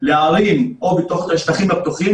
לערים או בתוך השטחים הפתוחים,